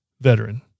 veteran